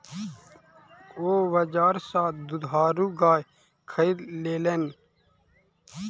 ओ बजार सा दुधारू गाय खरीद लेलैन